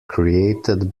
created